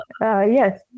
yes